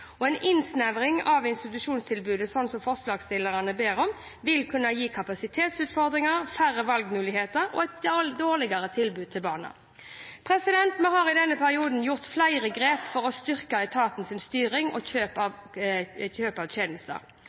kvalitet. En innsnevring av institusjonstilbudet, slik forslagsstillerne ber om, vil kunne gi kapasitetsutfordringer, færre valgmuligheter og et dårligere tilbud til barna. Vi har i denne perioden tatt flere grep for å styrke etatens styring og kontroll ved kjøp av tjenester.